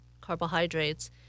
carbohydrates